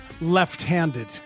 left-handed